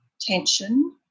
tension